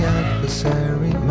adversary